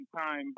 time